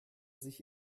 sich